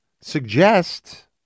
suggest